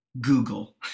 Google